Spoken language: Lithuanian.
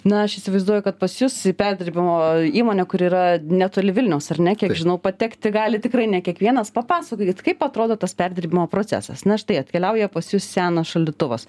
na aš įsivaizduoju kad pas jus į perdirbimo įmonę kuri yra netoli vilniaus ar ne kiek žinau patekti gali tikrai ne kiekvienas papasakokit kaip atrodo tas perdirbimo procesas na štai atkeliauja pas jus senas šaldytuvas